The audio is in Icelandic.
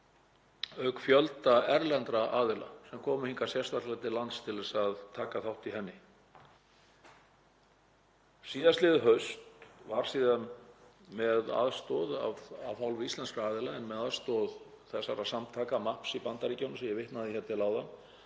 auk fjölda erlendra aðila sem komu hingað sérstaklega til lands til að taka þátt í henni. Síðastliðið haust var síðan af hálfu íslenskra aðila en með aðstoð þessara samtaka, MAPS í Bandaríkjunum, sem ég vitnaði hér til áðan,